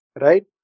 Right